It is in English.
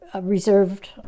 reserved